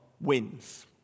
wins